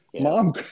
Mom